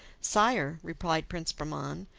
sire, replied prince bahman,